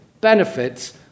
benefits